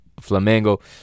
Flamengo